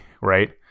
right